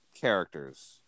characters